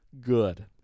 good